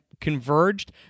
converged